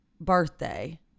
birthday